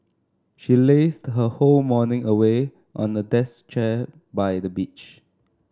she lazed her whole morning away on a decks chair by the beach